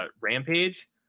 Rampage